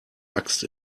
axt